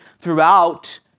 throughout